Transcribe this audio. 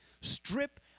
strip